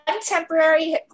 temporary